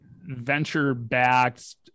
venture-backed